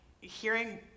hearing